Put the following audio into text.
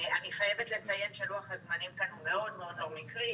אני חייבת לציין שלוח הזמנים כאן הוא מאוד מאוד לא מקרי,